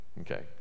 Okay